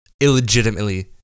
illegitimately